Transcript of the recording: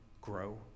grow